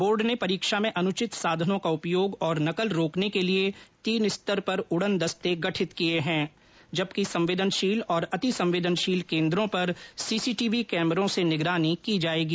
board ने परीक्षा में अनुचित साधनों का उपयोग और नकल रोकने के लिए तीन स्तर पर उड़न दस्ते गठित किए हैंजबकि संवेदनशील और अतिसंवेदनशील केंद्रों पर सीसीटीवी कैमरों से निगरानी की जाएगी